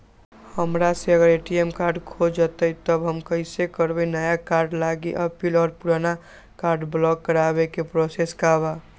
हमरा से अगर ए.टी.एम कार्ड खो जतई तब हम कईसे करवाई नया कार्ड लागी अपील और पुराना कार्ड ब्लॉक करावे के प्रोसेस का बा?